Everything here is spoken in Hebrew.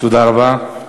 תודה רבה.